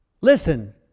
Listen